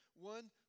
One